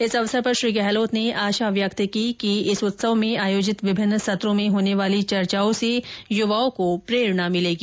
इस अवसर पर श्री गहलोत ने आशा व्यक्त की कि इस उत्सव में आयोजित विभिन्न सत्रों में होने वाली चर्चाओं से युवाओं को प्रेरणा मिलेगी